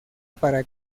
para